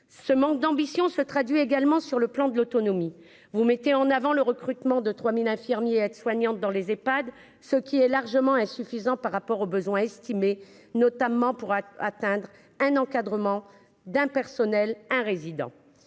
ce manque d'ambition se traduit également sur le plan de l'autonomie, vous mettez en avant le recrutement de 3000 infirmiers, aides-soignantes dans les EPHAD ce qui est largement insuffisant par rapport aux besoins estimés, notamment pour atteindre un encadrement d'un personnel un résident,